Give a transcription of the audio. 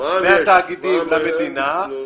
מהתאגידים למדינה,